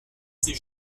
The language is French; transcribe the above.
ses